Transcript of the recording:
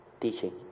teaching